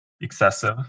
excessive